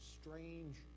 strange